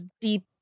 deep